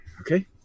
Okay